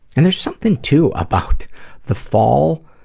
and there's something too about the fall,